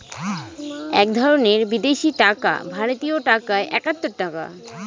এক ধরনের বিদেশি টাকা ভারতীয় টাকায় একাত্তর টাকা